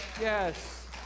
Yes